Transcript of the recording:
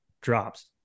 drops